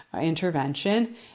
intervention